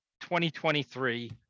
2023